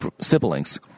siblings